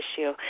issue